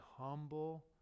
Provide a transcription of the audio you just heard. humble